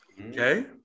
Okay